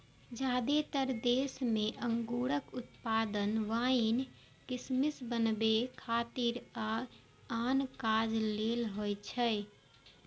जादेतर देश मे अंगूरक उत्पादन वाइन, किशमिश बनबै खातिर आ आन काज लेल होइ छै